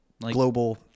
global